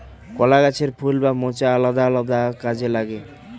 কলা গাছের ফুল বা মোচা আলাদা আলাদা কাজে লাগে